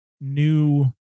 new